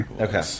Okay